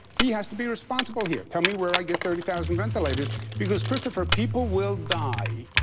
he has to be responsible here. tell me where i get thirty thousand ventilators because, christopher, people will die.